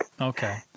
Okay